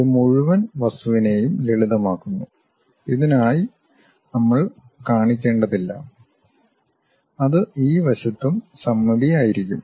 ഇത് മുഴുവൻ വസ്തുവിനെയും ലളിതമാക്കുന്നു ഇതിനായി നമ്മൾ കാണിക്കേണ്ടതില്ല അത് ഈ വശത്തും സമമിതി ആയിരിക്കും